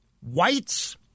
Whites